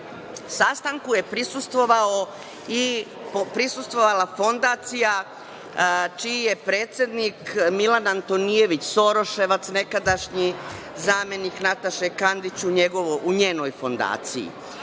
Sastanku je prisustvovala i fondacija čiji je predsednik Milan Antonijević, Soroševac, nekadašnji zamenik Nataše Kandić u njenoj fondaciji. Šta